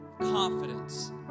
confidence